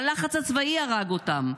הלחץ הצבאי הרג אותם.